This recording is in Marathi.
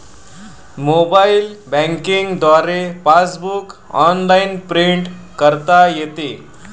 मोबाईल बँकिंग द्वारे पासबुक ऑनलाइन प्रिंट करता येते